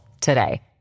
today